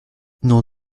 non